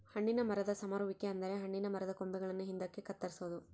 ಹಣ್ಣಿನ ಮರದ ಸಮರುವಿಕೆ ಅಂದರೆ ಹಣ್ಣಿನ ಮರದ ಕೊಂಬೆಗಳನ್ನು ಹಿಂದಕ್ಕೆ ಕತ್ತರಿಸೊದು